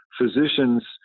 physicians